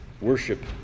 worship